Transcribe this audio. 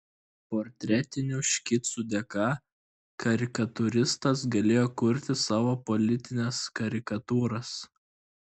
portretinių škicų dėka karikatūristas galėjo kurti savo politines karikatūras